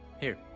here,